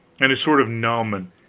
and is sort of numb, and